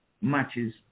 matches